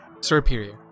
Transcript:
Superior